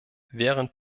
während